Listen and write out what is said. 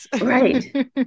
right